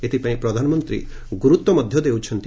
ଏଥିପାଇଁ ପ୍ରଧାନମନ୍ତ୍ରୀ ଗୁରୁତ୍ୱ ଦେଉଛନ୍ତି